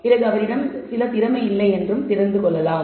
பிறகு அவரிடம் சில திறமையில்லை என்று தெரிந்து கொள்ளலாம்